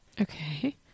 Okay